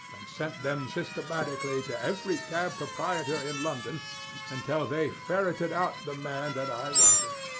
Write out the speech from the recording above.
and sent them systematically to every cab proprietor in london until they ferreted out the man that i wanted.